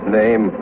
name